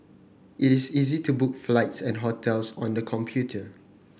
it is easy to book flights and hotels on the computer